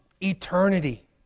eternity